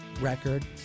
record